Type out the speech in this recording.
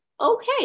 okay